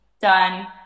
done